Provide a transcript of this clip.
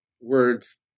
words